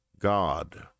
God